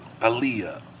Aaliyah